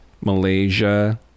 Malaysia